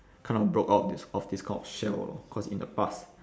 kind of broke out this of this kind of shell lor cause in the past